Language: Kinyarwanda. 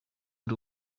ari